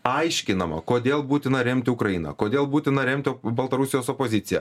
aiškinama kodėl būtina remti ukrainą kodėl būtina remti baltarusijos opoziciją